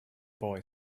boy